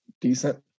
decent